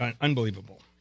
Unbelievable